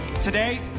today